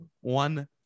one